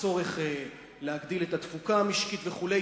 הצורך להגדיל את התפוקה המשקית וכו'.